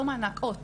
לא מענק, אות.